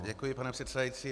Děkuji, pane předsedající.